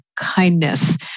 kindness